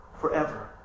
Forever